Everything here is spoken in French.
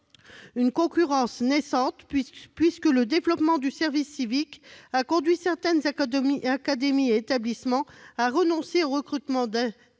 une concurrence naissante puisque le développement du service civique a conduit certaines académies et établissements à renoncer au recrutement d'AESH et